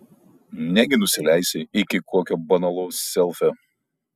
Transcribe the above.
negi nusileisi iki kokio banalaus selfio